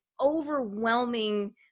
overwhelming